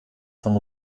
von